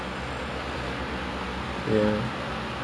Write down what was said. true especially this year raya like